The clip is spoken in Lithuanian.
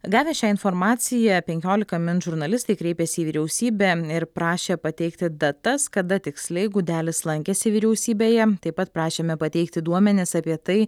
gavę šią informaciją penkiolika min žurnalistai kreipėsi į vyriausybę ir prašė pateikti datas kada tiksliai gudelis lankėsi vyriausybėje taip pat prašėme pateikti duomenis apie tai